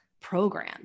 program